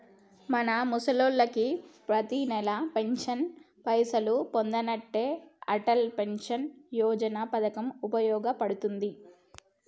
మన ముసలోళ్ళకి పతినెల పెన్షన్ పైసలు పదనంటే అటల్ పెన్షన్ యోజన పథకం ఉపయోగ పడుతుంది